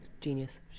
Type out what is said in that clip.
genius